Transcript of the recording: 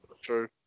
True